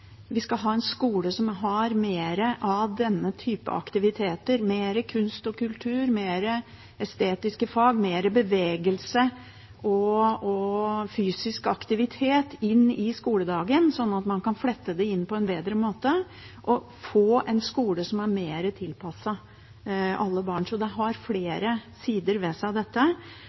vi skal ha, om vi skal ha en skole som har mer av denne type aktiviteter, mer kunst og kultur, flere estetiske fag, mer bevegelse og fysisk aktivitet i skoledagen, sånn at man kan flette det inn på en bedre måte, og få en skole som er mer tilpasset alle barn. Dette har flere sider ved seg,